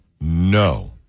No